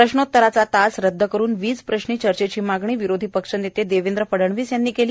प्रश्नोतराचा तास रद्द करुन वीज प्रश्नी चर्चेची मागणी विरोधी पक्षनेते देवेंद्र फडणवीस यांनी केली